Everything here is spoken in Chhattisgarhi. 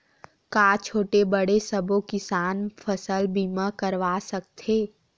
का छोटे बड़े सबो किसान फसल बीमा करवा सकथे?